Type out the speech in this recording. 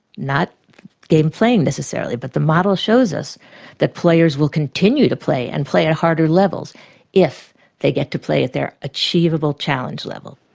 not game playing necessarily but the model shows us that players will continue to play and play at harder levels if they get to play at their achievable challenge level.